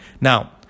Now